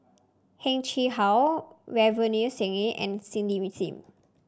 Heng Chee How Ravinder Singh and Cindy with Sim